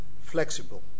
flexible